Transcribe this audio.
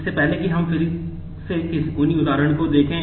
इससे पहले कि हम फिर से उन्हीं उदाहरणों को देखें